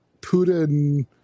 Putin